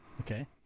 Okay